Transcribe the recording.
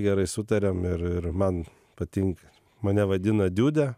gerai sutariam ir ir man patinka mane vadina diude